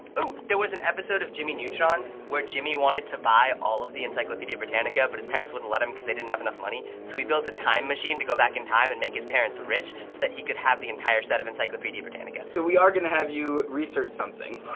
ooh, there was an episode of jimmy neutron where jimmy wanted to buy all of the encyclopaedia britannica, but his parents wouldn't let him cause they didn't have enough money. so he built a time machine to go back in time and make his parents rich so that he could have the entire set of encyclopaedia britannica. so we are gonna have you research something.